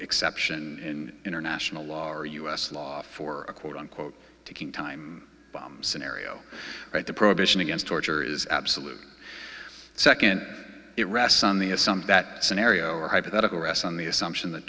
exception in international law or u s law for a quote unquote ticking time bomb scenario that the prohibition against torture is absolute second it rests on the as something that scenario or hypothetical rests on the assumption that